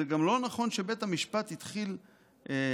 זה גם לא נכון שבית המשפט התחיל לפסול